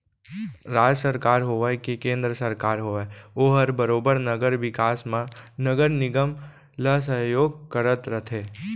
राज सरकार होवय के केन्द्र सरकार होवय ओहर बरोबर नगर बिकास म नगर निगम ल सहयोग करत रथे